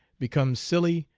becomes silly,